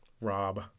Rob